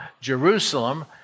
Jerusalem